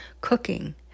cooking